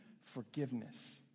forgiveness